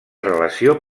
relació